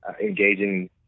engaging